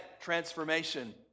transformation